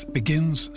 begins